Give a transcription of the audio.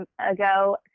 ago